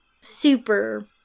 super